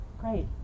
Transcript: great